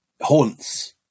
haunts